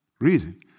reason